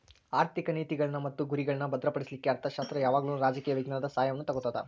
ಆರ್ಥಿಕ ನೇತಿಗಳ್ನ್ ಮತ್ತು ಗುರಿಗಳ್ನಾ ಭದ್ರಪಡಿಸ್ಲಿಕ್ಕೆ ಅರ್ಥಶಾಸ್ತ್ರ ಯಾವಾಗಲೂ ರಾಜಕೇಯ ವಿಜ್ಞಾನದ ಸಹಾಯವನ್ನು ತಗೊತದ